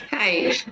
Hi